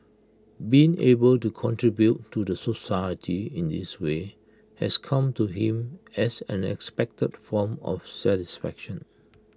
being able to contribute to the society in this way has come to him as an unexpected form of satisfaction